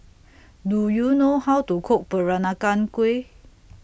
Do YOU know How to Cook Peranakan Kueh